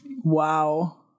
Wow